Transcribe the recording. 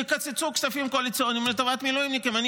תקצצו כספים קואליציוניים לטובת מילואימניקים, אני